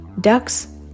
ducks